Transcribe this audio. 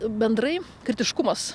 bendrai kritiškumas